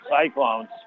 Cyclones